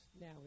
now